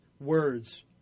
words